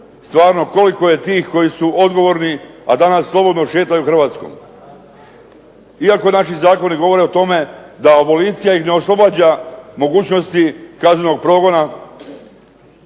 stvarno koliko je tih koji su odgovorni, a danas slobodno šetaju Hrvatskoj. Iako naši zakoni govore o tome da abolicija ih ne oslobađa mogućnosti kaznenog progona